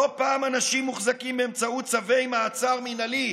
לא פעם אנשים מוחזקים באמצעות צו מעצר מינהלי,